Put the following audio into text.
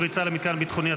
פריצה למתקן ביטחוני),